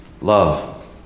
Love